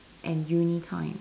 and uni time